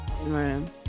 Right